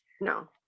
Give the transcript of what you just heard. No